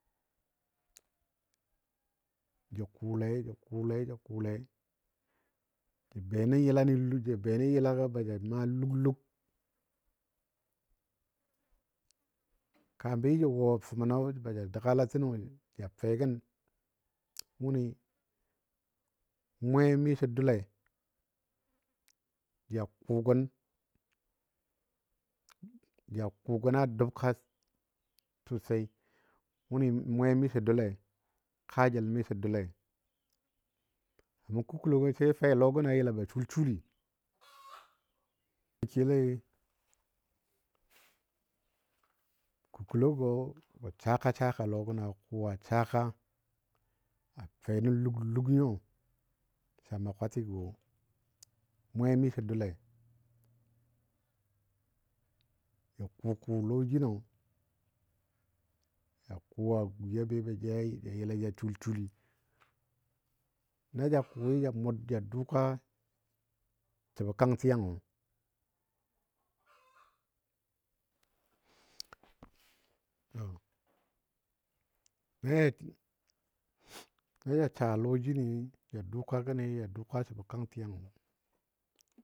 Jə kʊle jə kʊle jə kʊle ja benəm yɨlagɔ baja maa lug lug kambi ja wo. fəməno baja dəgala təgo ja fegən wʊni mwe miso doule. Ja kʊ gən ja kʊ gəna dubka. sosai wʊni mwe miso doule kajəl miso doule kaman kukulog sai fe lɔ gəno yəla ba sulsuli kileye kukulogo gə saka saka lɔgəno kʊ a saka a fe nən lug lug nyo sa maa kwatigo wo. Mwe miso doule ja kʊkʊ lɔ jino ja kʊ a gwi be yai ja yəla ja sulsuli na ja kʊi ja mʊr ka dʊka səbɔ kan tiyangɔ to naja sa lɔ jini ja. dukan gəni ja dʊka səbo kang tiyangɔ.